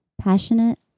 passionate